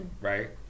right